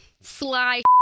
sly